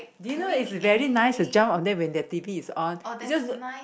did you know it's very nice to jump on there when the t_v is on you just